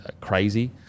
crazy